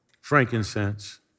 frankincense